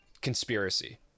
conspiracy